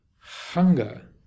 hunger